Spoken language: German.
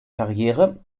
karriere